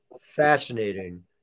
fascinating